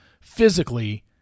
physically